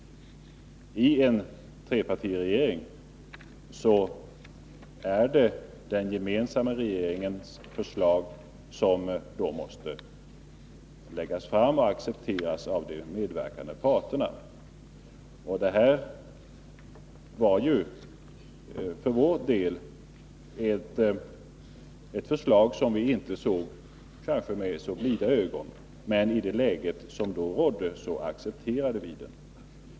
I en trepartiregering är det den gemensamma regeringens förslag som måste läggas fram och accepteras av de medverkande parterna. Det här var för vår del ett förslag som vi inte såg med så blida ögon, men i det läge som då rådde accepterade vi det.